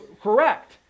Correct